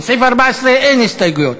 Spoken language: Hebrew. לסעיף 14 אין הסתייגויות,